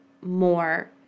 more